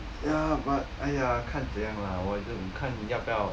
ya but !aiya! 看怎样啦我也是看要不要